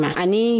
ani